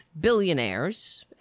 billionaires